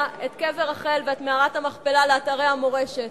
את קבר רחל ואת מערת המכפלה לאתרי המורשת.